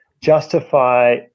justify